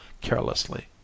carelessly